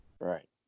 Right